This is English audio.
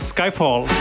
Skyfall